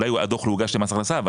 אולי הוא הדוח לא הוגש למס הכנסה אבל